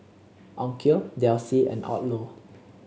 Onkyo Delsey and Odlo